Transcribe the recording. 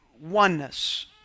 oneness